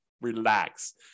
relax